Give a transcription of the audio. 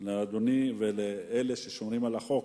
לאדוני ולאלה ששומרים על החוק,